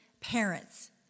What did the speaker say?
parents